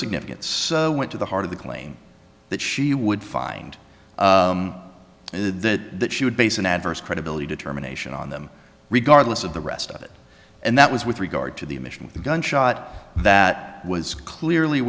significant so went to the heart of the claim that she would find it that that she would base an adverse credibility determination on them regardless of the rest of it and that was with regard to the admission of the gunshot that was clearly